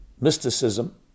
mysticism